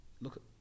look